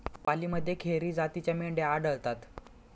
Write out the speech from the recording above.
पालीमध्ये खेरी जातीच्या मेंढ्या आढळतात